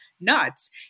nuts